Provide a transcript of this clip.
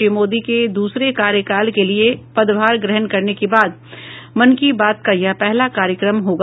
श्री मोदी के दूसरे कार्यकाल के लिए पदभार ग्रहण करने के बाद मन की बात का यह पहला कार्यक्रम होगा